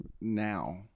now